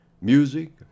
music